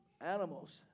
animals